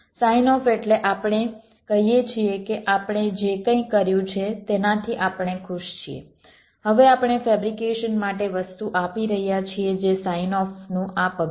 sign off એટલે આપણે કહીએ છીએ કે આપણે જે કંઈ કર્યું છે તેનાથી આપણે ખુશ છીએ હવે આપણે ફેબ્રિકેશન માટે વસ્તુ આપી રહ્યા છીએ જે સાઇન ઓફનું આ પગલું છે